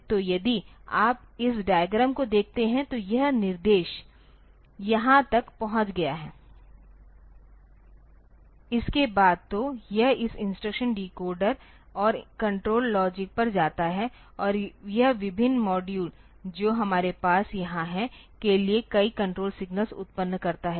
तो यदि आप इस डायग्राम को देखते हैं तो यह निर्देश यहां तक पहुंच गया है इसके बाद तो यह इस इंस्ट्रक्शन डिकोडर और कण्ट्रोल लॉजिक पर जाता है और यह विभिन्न मॉड्यूल जो हमारे पास यहां हैं के लिए कई कण्ट्रोल सिग्नल्स उत्पन्न करता है